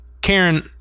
Karen